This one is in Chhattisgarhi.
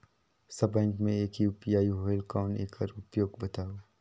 सब बैंक मे एक ही यू.पी.आई होएल कौन एकर उपयोग बताव?